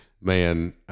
man